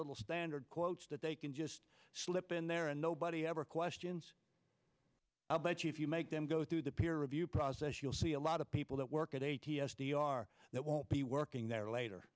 little standard quotes that they can just slip in there and nobody ever questions about you if you make them go through the peer review process you'll see a lot of people that work at eighty s t r that won't be working there later